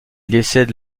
décède